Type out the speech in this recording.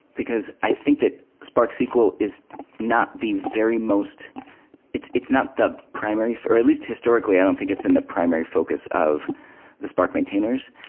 because i think that spark sql is not the very most it's it's not the primary or at least historically i don't think it's been the primary focus of the spark maintainers.